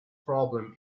problem